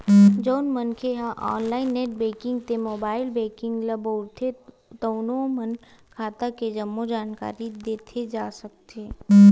जउन मनखे ह ऑनलाईन नेट बेंकिंग ते मोबाईल बेंकिंग ल बउरथे तउनो म खाता के जम्मो जानकारी देखे जा सकथे